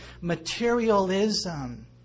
materialism